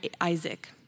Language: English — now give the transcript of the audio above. Isaac